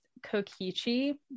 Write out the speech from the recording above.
kokichi